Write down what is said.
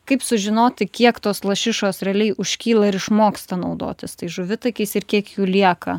kaip sužinoti kiek tos lašišos realiai užkyla ir išmoksta naudotis tais žuvitakiais ir kiek jų lieka